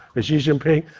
as xi jinping